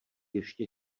ještě